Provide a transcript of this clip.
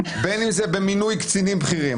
בין אם זה במינוי קצינים בכירים.